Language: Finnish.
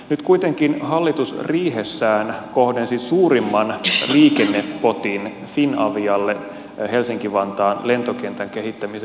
nyt kuitenkin hallitus riihessään kohdensi suurimman liikennepotin finavialle helsinki vantaan lentokentän kehittämiseen